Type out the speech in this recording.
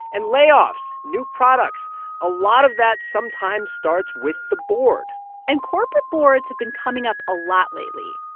and layoffs, new products a lot of that sometimes starts with the board and corporate boards have been coming up a lot lately.